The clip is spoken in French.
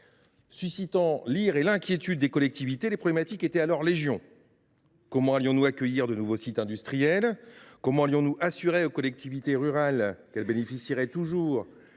Suscitant l’ire et l’inquiétude des collectivités locales, les questions étaient alors légion : comment allions nous accueillir de nouveaux sites industriels ? Comment allions nous assurer aux collectivités rurales qu’elles bénéficieraient toujours